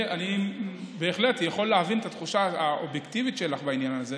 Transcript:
אני בהחלט יכול להבין את התחושה האובייקטיבית שלך בעניין הזה,